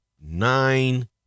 nine